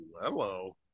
hello